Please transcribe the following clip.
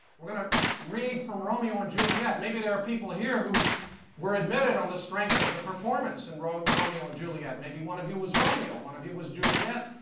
we're going to read from romeo and juliet. maybe there are people here who were admitted on the strength of the performance in romeo romeo and juliet. maybe one of you was romeo, one of you was juliet.